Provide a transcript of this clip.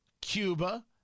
Cuba